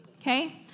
Okay